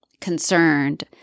concerned